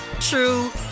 true